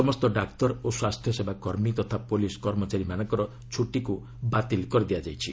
ସମସ୍ତ ଡାକ୍ତର ଓ ସ୍ୱାସ୍ଥ୍ୟସେବା କର୍ମୀ ତଥା ପୁଲିସ କର୍ମଚାରୀମାନଙ୍କର ଛୁଟି ବାତିଲ କରାଯାଇଛି